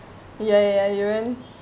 ya ya ya you even